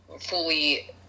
fully